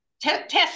test